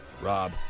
Rob